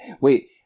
Wait